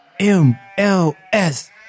MLS